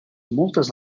moltes